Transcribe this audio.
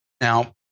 Now